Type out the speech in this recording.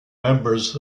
members